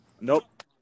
Nope